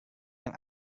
yang